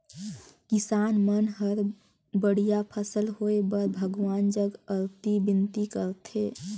किसान मन हर बड़िया फसल होए बर भगवान जग अरती बिनती करथे